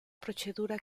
procedura